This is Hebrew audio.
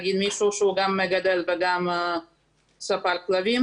נגיד מישהו שהוא גם מגדל וגם ספר כלבים